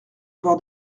voir